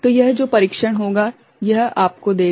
तो यह जो परीक्षण होगा यह आपको देगा